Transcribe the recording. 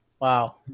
Wow